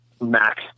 Mac